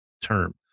term